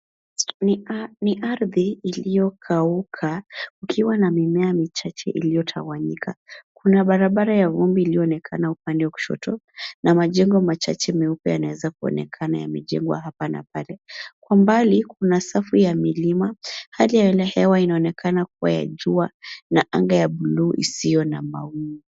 Ni ardhi iliyokauka kukiwa na mimea michache iliyotawanyika. Kuna barabara ya vumbi ilionekana upande wa kushoto na majengo machache meupe yanaweza kuonekana yamejengwa hapa na pale. Kwa mbali kuna safu ya milima. Hali ya hewa inaonekana kuwa ya jua na anga ya bluu isiyo na mawingu.